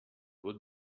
what